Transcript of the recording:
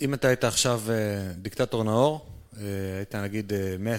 אם אתה היית עכשיו דיקטטור נאור, היית נגיד,